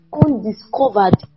undiscovered